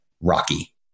Rocky